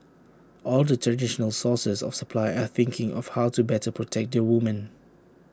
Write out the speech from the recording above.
all the traditional sources of supply are thinking of how to better protect their women